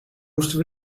moesten